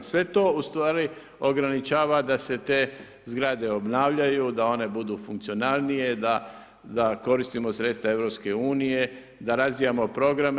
Sve to u stvari ograničava da se te zgrade obnavljaju, da one budu funkcionalnije, da koristimo sredstva EU, da razvijamo programe.